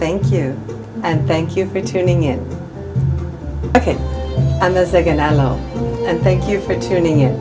thank you and thank you for tuning it ok and the second i love and thank you for tuning it